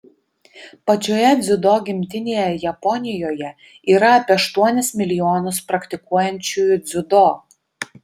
pačioje dziudo gimtinėje japonijoje yra apie aštuonis milijonus praktikuojančiųjų dziudo